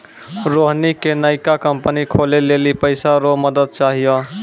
रोहिणी के नयका कंपनी खोलै लेली पैसा रो मदद चाहियो